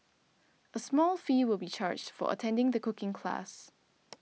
a small fee will be charged for attending the cooking classes